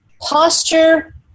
posture